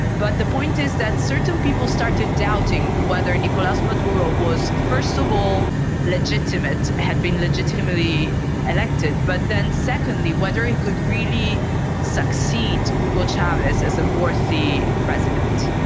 but the point is that certain people started doubting whether nicolas maduro was first of all legitimate, had been legitimately elected, but then secondly whether he could really succeed hugo chavez as a worthy president.